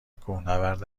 کوهنورد